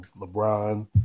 LeBron